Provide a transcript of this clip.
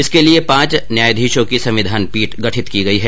इसके लिये पांच न्यायाधीशों की संविधान पीठ गठित की गई है